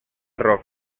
rock